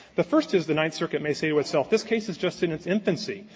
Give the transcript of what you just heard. the first is the ninth circuit may say to itself, this case is just in its infancy.